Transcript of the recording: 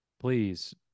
Please